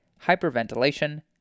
hyperventilation